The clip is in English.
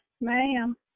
ma'am